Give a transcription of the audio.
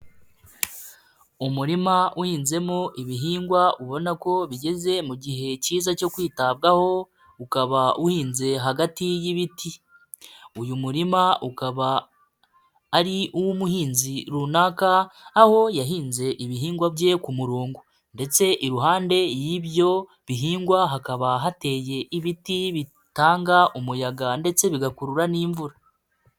Umurima uhinzemo ibihingwa ubona ko bigeze mu gihe cyiza cyo kwitabwaho ukaba uhinze hagati y'ibiti uyu murima ukaba ari uw'umuhinzi runaka aho yahinze ibihingwa bye ku murongo ndetse iruhande y'ibyo bihingwa hakaba hateye ibiti bitanga umuyaga ndetse bigakurura n'imvura.